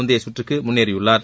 முந்தைய சுற்றுக்கு முன்னேறியுள்ளார்